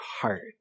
heart